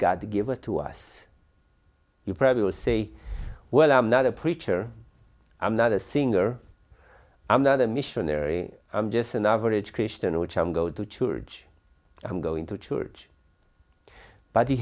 god to give it to us you probably will say well i'm not a preacher i'm not a singer i'm not a missionary i'm just an average christian which i'm go to church i'm going to church but